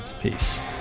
peace